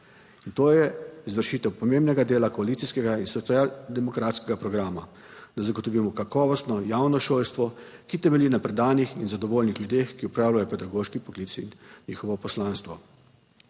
in to je izvršitev pomembnega dela koalicijskega in socialdemokratskega programa, da zagotovimo kakovostno javno šolstvo, ki temelji na predanih in zadovoljnih ljudeh, ki opravljajo pedagoški poklic in njihovo poslanstvo.